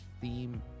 theme